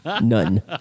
None